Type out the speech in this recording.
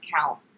count